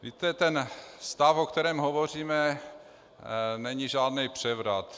Víte, ten stav, o kterém hovoříme, není žádný převrat.